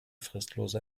fristlose